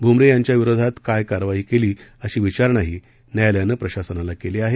भुमरे यांच्या विरोधात काय कारवाई केली अशी विचारणाही न्यायालयानं प्रशासनाला केली आहे